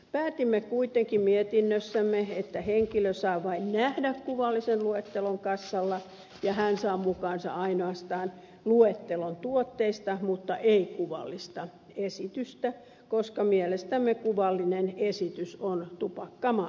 päätimme kuitenkin mietinnössämme että henkilö saa vain nähdä kuvallisen luettelon kassalla ja saa mukaansa ainoastaan luettelon tuotteista mutta ei kuvallista esitystä koska mielestämme kuvallinen esitys on tupakkamainos